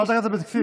חברת הכנסת אבקסיס,